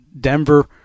Denver